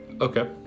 Okay